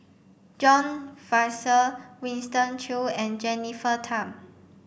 John Fraser Winston Choos and Jennifer Tham